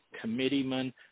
committeeman